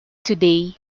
today